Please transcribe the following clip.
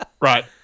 Right